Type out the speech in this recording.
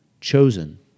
chosen